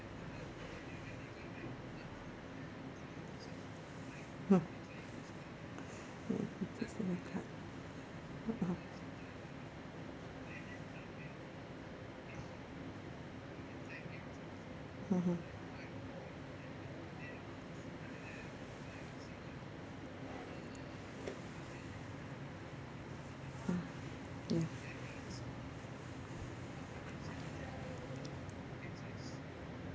hmm mmhmm mm mm